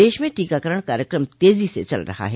देश में टीकाकरण कार्यक्रम तेजी से चल रहा है